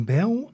Bell